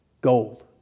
gold